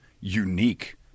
unique